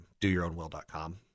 doyourownwill.com